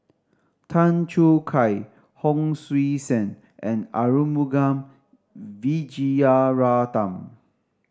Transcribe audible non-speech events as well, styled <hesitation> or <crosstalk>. Tan Choo Kai Hon Sui Sen and Arumugam <hesitation> Vijiaratnam